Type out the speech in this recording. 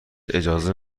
اجازه